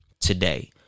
today